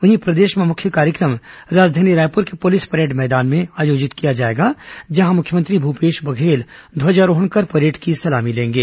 वहीं प्रदेश भें मुख्य कार्यक्रम राजधानी रायपुर के पुलिस परेड मैदान में आयोजित किया जाएगा जहां मुख्यमंत्री भूपेश बघेल ध्वजारोहण कर परेड की सलामी लेंगे